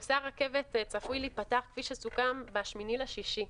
נושא הרכבת צפוי להיפתח, כפי שסוכם, ב-8.6,